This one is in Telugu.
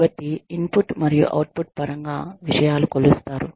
కాబట్టి ఇన్పుట్ మరియు అవుట్పుట్ పరంగా విషయాలు కొలుస్తారు